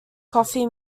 coffee